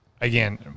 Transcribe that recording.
again